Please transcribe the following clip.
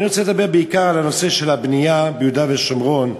אני רוצה לדבר בעיקר על הנושא של הבנייה ביהודה ושומרון.